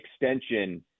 extension